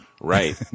Right